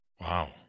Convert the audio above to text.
Wow